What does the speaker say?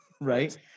Right